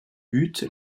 but